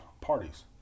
parties